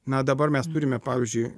na dabar mes turime pavyzdžiui